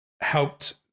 helped